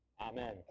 Amen